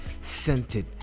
scented